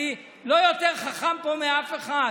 אני לא יותר חכם פה מאף אחד.